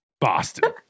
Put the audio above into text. boston